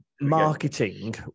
marketing